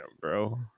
bro